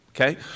okay